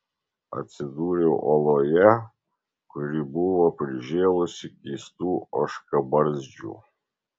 atsidūriau oloje kuri buvo prižėlusi keistų ožkabarzdžių